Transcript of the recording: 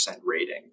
rating